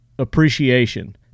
appreciation